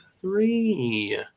three